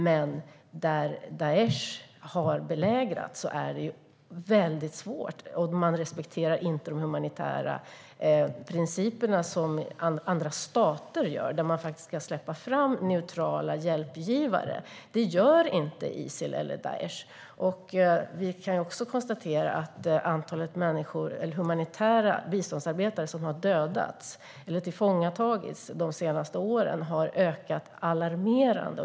Men i områden som har belägrats av Daish är det mycket svårt. Man respekterar inte de humanitära principer som andra stater gör, där man kan släppa fram neutrala hjälpgivare. Det gör inte Isil eller Daish. Vi kan också konstatera att antalet humanitära biståndsarbetare som har dödats eller tillfångatagits under de senaste åren har ökat alarmerande.